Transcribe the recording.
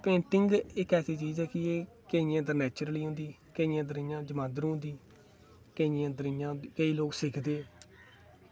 painting इक ऐसी चीज ऐ कि एह् केइयें गी एह् नेचुरल होंदी केइयें गी एह् जमांदरू होंदी केईं लोग अंदर इ'यां एह् सिक्खदे